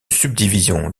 subdivision